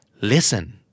listen